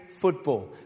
football